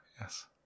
Yes